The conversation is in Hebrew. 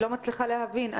אני לא מצליחה להבין.